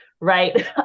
right